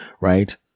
Right